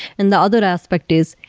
and the other aspect is,